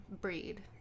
breed